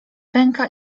pęka